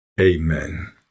Amen